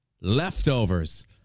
leftovers